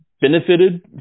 benefited